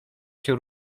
się